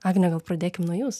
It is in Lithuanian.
agne gal pradėkim nuo jūsų